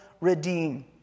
redeem